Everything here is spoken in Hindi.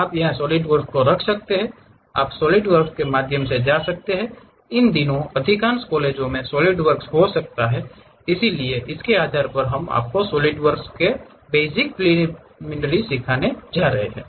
आप वहा सॉलिडवर्क्स को रख सकते हैं आप सॉलिडवॉर्क्स के माध्यम से जा सकते हैं इन दिनों अधिकांश कॉलेजों में सॉलिडवर्क्स हो सकता है इसलिए इसके आधार पर हम आपको सॉलिडवॉर्क्स पर बेसिक प्रिलिमिनरी सिखाने जा रहे हैं